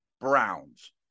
Browns